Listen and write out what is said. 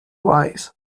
wise